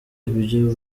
ibyo